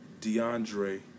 DeAndre